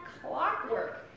clockwork